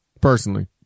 personally